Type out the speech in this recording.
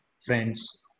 friends